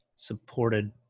Supported